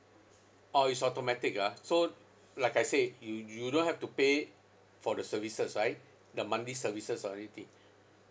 orh is automatic ah so like I say you you don't have to pay for the services right the monthly services or anything